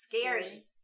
scary